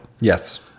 Yes